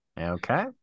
Okay